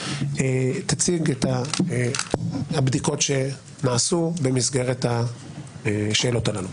תציג את הבדיקות שנעשו במסגרת השאלות הללו.